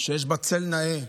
שיש בה צל נאה,